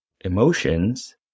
emotions